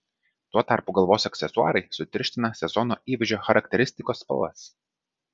tuo tarpu galvos aksesuarai sutirština sezono įvaizdžio charakteristikos spalvas